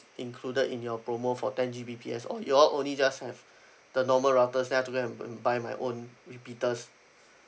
included in your promo for ten G_B_P_S or you all only just have the normal routers then I have to go and and buy my own repeaters